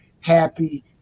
happy